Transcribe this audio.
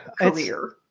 career